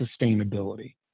sustainability